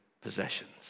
possessions